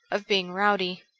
of being rowdy.